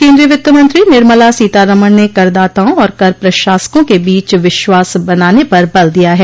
केन्द्रीय वित्त मंत्री निर्मला सीतारमण ने करदाताओं और कर प्रशासकों के बीच विश्वास बनाने पर बल दिया है